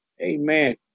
Amen